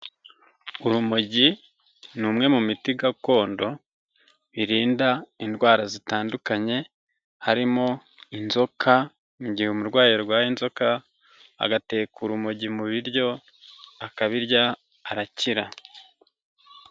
Urumogi ni umwe mu miti gakondo irinda indwara zitandukanye, harimo inzoka, mu gihe umurwayi arwaye inzoka agateka urumogi mu biryo, akabirya arakira.